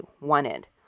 wanted